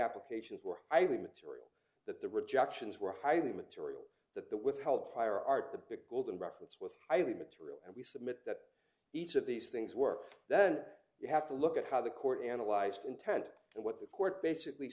applications were highly material that the rejections were highly material that the withheld prior art the big golden reference was highly material and we submit that each of these things work then you have to look at how the court analyzed intent and what the court basically